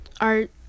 art